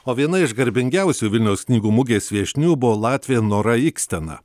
o viena iš garbingiausių vilniaus knygų mugės viešnių buvo latvė nora ikstena